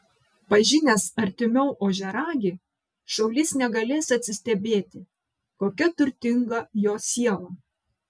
pažinęs artimiau ožiaragį šaulys negalės atsistebėti kokia turtinga jo siela